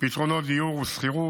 פתרונות דיור ושכירות.